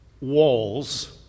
walls